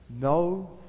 no